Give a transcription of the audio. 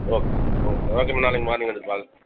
okay okay okay ma'am நாளைக்கு morning வந்து பார்த்துட்டு